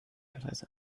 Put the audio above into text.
adresse